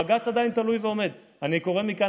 הבג"ץ עדיין תלוי ועומד: אני קורא מכאן